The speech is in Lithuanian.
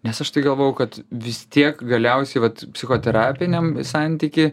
nes aš tai galvojau kad vis tiek galiausiai vat psichoterapiniam santyky